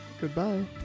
Goodbye